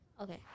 Okay